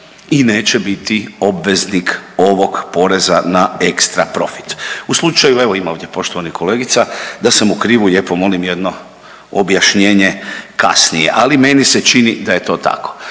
i neće biti obveznik ovog poreza na ekstra profit. U slučaju, evo ima ovdje poštovanih kolegica, da sam u krivu lijepo molim jedno objašnjenje kasnije, ali meni se čini da je to tako.